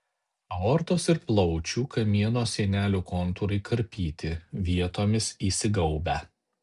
aortos ir plaučių kamieno sienelių kontūrai karpyti vietomis įsigaubę